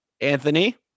Anthony